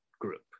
group